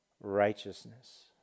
righteousness